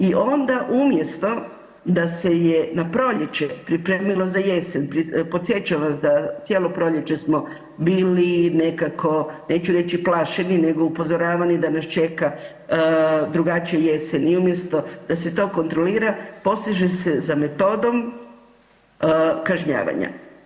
I onda umjesto da se je na proljeće pripremilo za jesen, podsjećam vas da cijelo proljeće smo bili nekako neću reći plašeni nego upozoravani da nas čeka drugačija jesen i umjesto da se to kontrolira poseže se za metodom kažnjavanja.